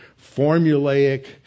formulaic